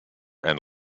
and